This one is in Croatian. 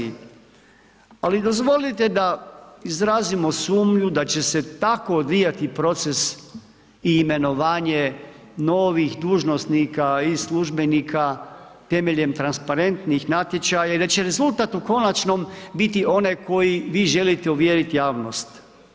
Ali dozvolite da izrazimo sumnju da će se tako odvijati proces i imenovanje novih dužnosnika i službenika temeljem transparentnijih natječaja i da će rezultat u konačnom biti onaj koji vi želite uvjeriti javnost.